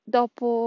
dopo